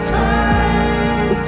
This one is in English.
time